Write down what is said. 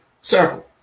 circle